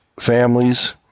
families